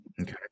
okay